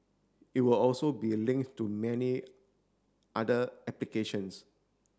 it would also be link to many other applications